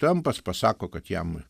trampas pasako kad jam